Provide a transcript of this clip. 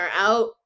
out